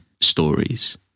stories